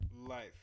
life